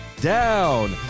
Down